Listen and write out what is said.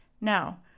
Now